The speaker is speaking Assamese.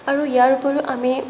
আৰু ইয়াৰ উপৰিও আমি